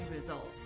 results